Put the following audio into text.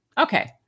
Okay